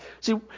See